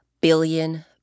billion